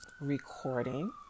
recording